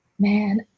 Man